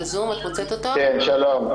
שלום.